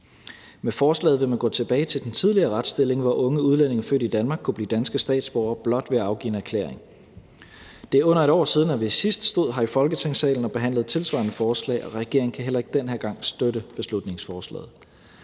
Med forslaget vil man gå tilbage til den tidligere retsstilling, hvor unge udlændinge født i Danmark kunne blive danske statsborgere blot ved at afgive en erklæring. Det er under 1 år siden, at vi sidst stod her i Folketingssalen og behandlede et tilsvarende forslag, og regeringen kan heller ikke den her gang støtte beslutningsforslaget.